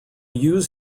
use